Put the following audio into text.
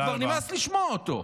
שכבר נמאס לשמוע אותו.